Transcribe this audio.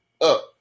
up